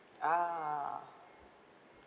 ah